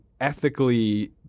ethically